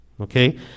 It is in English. okay